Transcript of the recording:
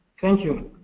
thank you.